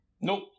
Nope